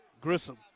Grissom